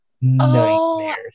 Nightmares